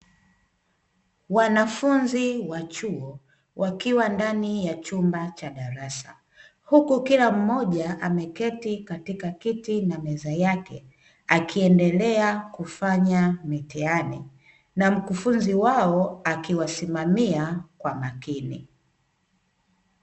Wanafunzi wa chuo wakiwa ndani ya chumba cha darasa huku kila mmoja ameketi katika kiti na meza yake, akiendelea kufanya mitihani na mkufunzi wao akiwasimamia kwa makini.